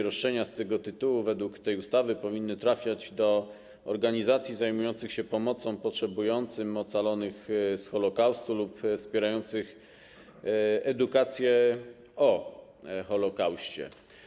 Roszczenia z tego tytułu według tej ustawy powinny trafiać do organizacji zajmujących się pomocą potrzebującym, ocalonych z Holokaustu lub wspierających edukację o Holokauście.